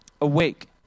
Awake